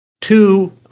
two